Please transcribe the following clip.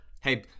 hey